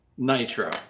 nitro